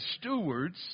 stewards